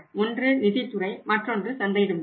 ஒன்று நிதித்துறை மற்றொன்று சந்தையிடும் துறை